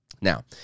Now